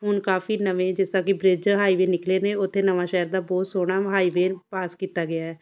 ਹੁਣ ਕਾਫ਼ੀ ਨਵੇਂ ਜਿਸ ਤਰ੍ਹਾਂ ਕਿ ਬ੍ਰਿਜ ਹਾਈਵੇ ਨਿਕਲੇ ਨੇ ਉੱਥੇ ਨਵਾਂਸ਼ਹਿਰ ਦਾ ਬਹੁਤ ਸੋਹਣਾ ਹਾਈਵੇ ਪਾਸ ਕੀਤਾ ਗਿਆ